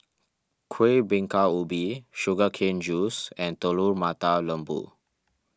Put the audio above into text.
Kuih Bingka Ubi Sugar Cane Juice and Telur Mata Lembu